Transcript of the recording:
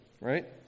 right